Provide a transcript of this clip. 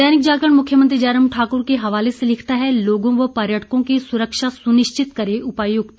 दैनिक जागरण मुख्यमंत्री जयराम ठाकुर के हवाले से लिखता है लोगों व पर्यटकों की सुरक्षा सुनिश्चित करें उपायुक्त